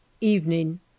evening